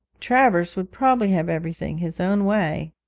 travers would probably have everything his own way.